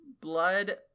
blood